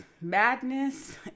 madness